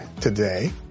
today